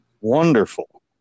wonderful